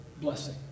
blessing